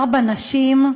ארבע נשים,